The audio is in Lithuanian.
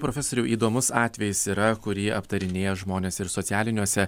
profesoriau įdomus atvejis yra kurį aptarinėja žmonės ir socialiniuose